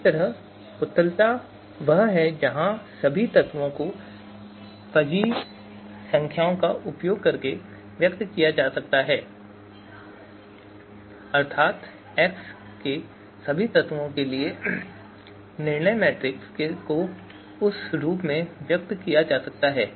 इसी तरह उत्तलता वह है जहां सभी तत्वों को फजी संख्याओं का उपयोग करके व्यक्त किया जा सकता है अर्थात x के सभी तत्वों के लिए निर्णय मैट्रिक्स को उस रूप में व्यक्त किया जा सकता है